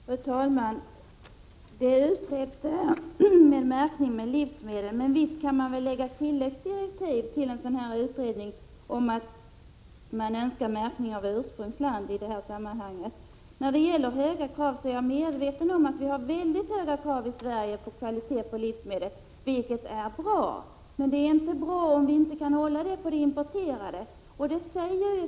Fru talman! Märkningen av livsmedel utreds, men visst kan utredningen få tilläggsdirektivet att märkning om ursprungsland är önskvärd. Jag är medveten om att Sverige har mycket höga krav när det gäller kvaliteten på livsmedel. Det är bra, men det är inte bra om vi inte kan ställa samma krav på de importerade varorna.